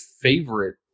favorite